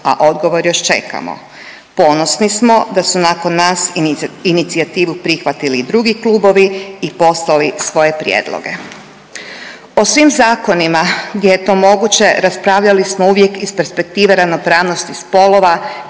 a odgovor još čekamo. Ponosni smo da su nakon nas inicijativu prihvatili i drugi klubovi i poslali svoje prijedloge. O svim zakonima gdje je to moguće raspravljali smo uvijek iz perspektive ravnopravnosti spolova,